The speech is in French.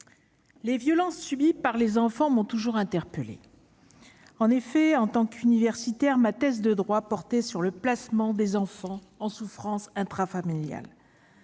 les violences subies par les enfants m'ont toujours interpellée. En tant qu'universitaire, ma thèse de droit portait sur le placement des enfants en souffrance intrafamiliale.